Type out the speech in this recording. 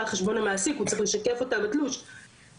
אז רוב הסיכויים שהם כן יודעים על זה,